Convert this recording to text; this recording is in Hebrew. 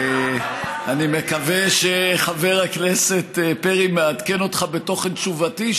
אני מקווה שחבר הכנסת פרי מעדכן אותך בתוכן תשובתי,